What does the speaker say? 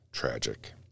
Tragic